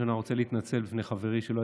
להקשיב.